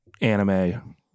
anime